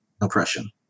oppression